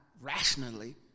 rationally